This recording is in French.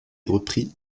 repris